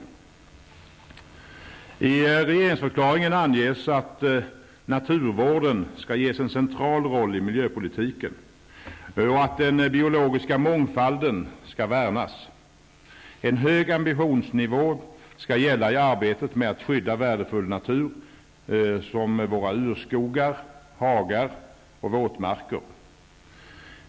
I regeringsförklaringen anges att naturvården skall ges en central roll i miljöpolitiken och att den biologiska mångfalden skall värnas. En hög ambitionsnivå skall gälla i arbetet med att skydda värdefull natur såsom våra urskogar, hagar och våtmarker.